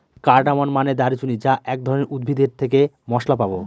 cardamom মানে দারুচিনি যা এক ধরনের উদ্ভিদ এর থেকে মসলা পাবো